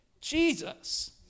jesus